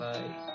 Bye